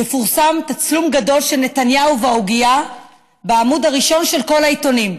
יפורסם תצלום גדול של נתניהו והעוגייה בעמוד הראשון של כל העיתונים,